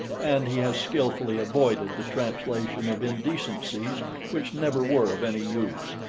and he has skilfully avoided the translation of indecencies which never were of any use,